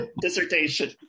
dissertation